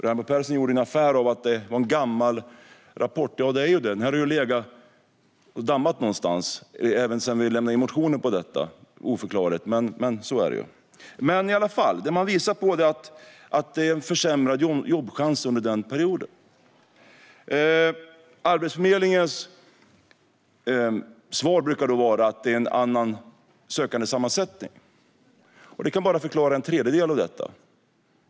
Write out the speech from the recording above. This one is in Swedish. Raimo Pärssinen gjorde ju en affär av att det var en gammal rapport. Ja, den har ju legat och dammat någonstans, även sedan vi lämnade in vår motion - oförklarligt, men så är det. Det Riksrevisionen visar på är att det var försämrade jobbchanser under den perioden. Arbetsförmedlingens svar brukar då vara att det nu är en annan sökandesammansättning. Men det kan bara förklara en tredjedel av detta.